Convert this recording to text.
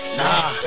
nah